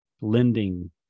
lending